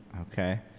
Okay